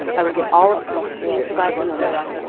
i will get all of putin's team to buy in on this.